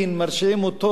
מרשיעים אותו,